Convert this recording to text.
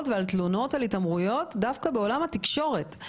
ועל תלונות על התעמרויות דווקא בעולם התקשורת.